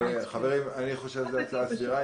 חברים, אני חושב שזו הצעה סבירה.